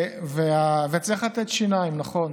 צריך לתת שיניים, נכון,